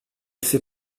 sais